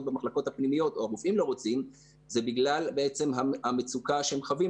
במחלקות הפנימיות זה בגלל המצוקה שהם חווים,